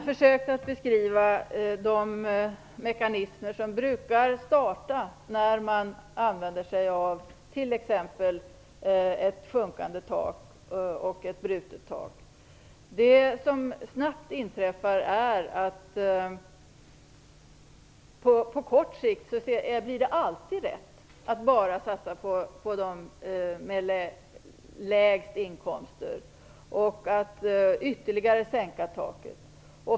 Fru talman! Jag försökte beskriva de mekanismer som brukar starta när man använder sig av t.ex. ett sjunkande tak eller ett brutet tak. Det som snabbt inträffar är att det på kort sikt alltid blir rätt att bara satsa på dem med lägst inkomster och ytterligare sänka taket.